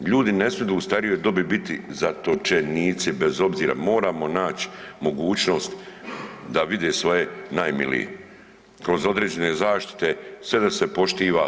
Ljudi ne smidu u starijoj dobi biti zatočenici bez obzira, moramo nać mogućnost da vide svoje najmilije kroz određene zaštite sve da se poštiva.